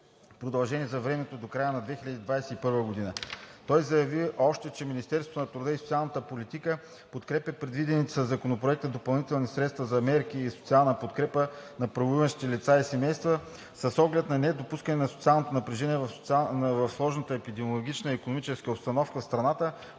продължени за времето до края на 2021 г. Той заяви още, че Министерството на труда и социалната политика подкрепя предвидените със Законопроекта допълнителни средства за мерки и социална подкрепа на правоимащите лица и семейства с оглед на недопускане на социално напрежение в сложната епидемична и икономическа обстановка в страната